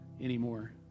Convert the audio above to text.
anymore